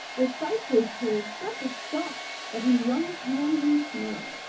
the sight gave peter such a shock that he wrung his hands in dismay.